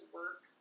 work